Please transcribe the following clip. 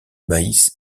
maïs